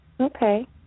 Okay